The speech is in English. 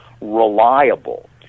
reliable